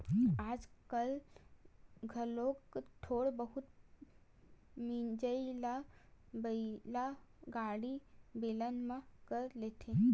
आजकाल घलोक थोक बहुत मिजई ल बइला गाड़ी, बेलन म कर लेथे